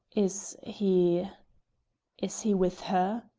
is he is he with her?